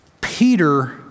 Peter